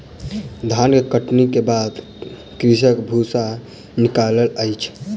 धान के कटनी के बाद कृषक भूसा निकालै अछि